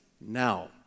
now